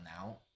now